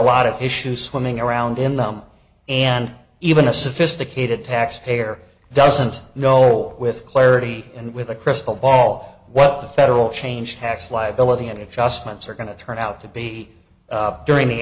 lot of issues swimming around in them and even a sophisticated taxpayer doesn't know with clarity and with a crystal ball what the federal change tax liability adjustments are going to turn out to be during the